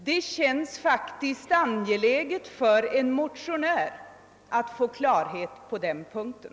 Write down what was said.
Det känns faktiskt angeläget för en motionär att få klarhet på den punkten.